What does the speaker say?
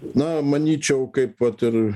na manyčiau kaip vat ir